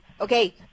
Okay